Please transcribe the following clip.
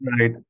Right